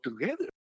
together